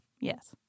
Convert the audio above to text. Yes